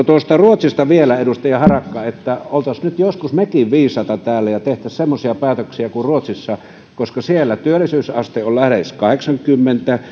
tuosta ruotsista vielä edustaja harakka olisimme nyt joskus mekin viisaita täällä ja tekisimme semmoisia päätöksiä kuin ruotsissa koska siellä työllisyysaste on lähes kahdeksankymmentä